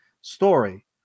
story